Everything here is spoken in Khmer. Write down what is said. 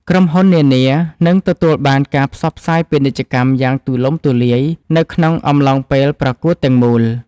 ក្រុមហ៊ុននានានឹងទទួលបានការផ្សព្វផ្សាយពាណិជ្ជកម្មយ៉ាងទូលំទូលាយនៅក្នុងអំឡុងពេលប្រកួតទាំងមូល។